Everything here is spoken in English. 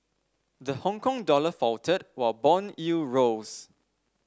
the Hongkong dollar faltered while bond yields rose